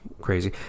crazy